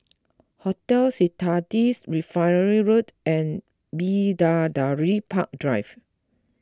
Hotel Citadines Refinery Road and Bidadari Park Drive